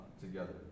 together